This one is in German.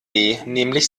nämlich